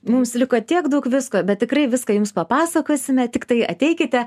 mums liko tiek daug visko bet tikrai viską jums papasakosime tiktai ateikite